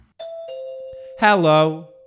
Hello